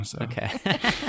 Okay